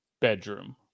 bedroom